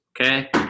Okay